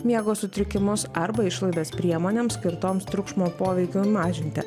miego sutrikimus arba išlaidas priemonėms skirtoms triukšmo poveikiui mažinti